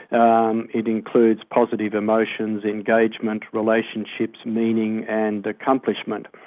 um it includes positive emotions, engagement, relationships, meaning and accomplishment.